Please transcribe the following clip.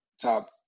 top